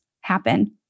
happen